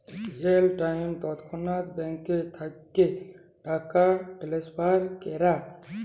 real time তৎক্ষণাৎ bank থ্যাইকে টাকা টেলেসফার ক্যরা